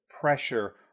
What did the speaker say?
pressure